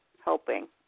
helping